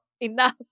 Enough